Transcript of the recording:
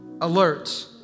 alert